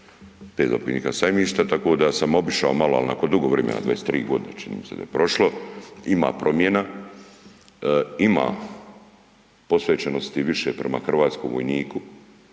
zapovjednika sajmišta tako da sam obišao malo ali nakon dugo vremena, 23 g. čini mi se da je prošlo, ima promjena, ima posvećenosti više prema hrvatskom vojniku,